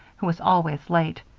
who was always late,